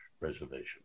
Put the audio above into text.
Reservation